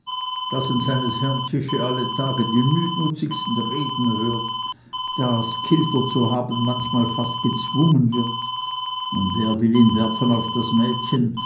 das an seines herrn tische alle tage die nütnutzigsten reden hört das kilter zu haben manchmal fast gezwungen wird wer will ihn werfen auf das mädchen